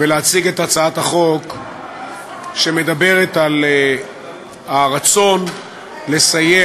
ולהציג את הצעת החוק שמדברת על הרצון לסייע,